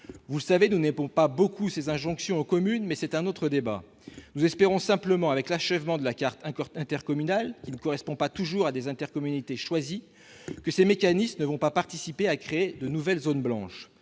Vous le savez, nous n'aimons pas beaucoup ces injonctions aux communes, mais c'est un autre débat. Nous espérons simplement, avec l'achèvement de la carte intercommunale, qui ne correspond pas toujours à des intercommunalités choisies, que ces mécanismes ne vont pas contribuer à créer de nouvelles zones blanches.